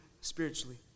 spiritually